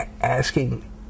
asking